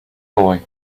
boy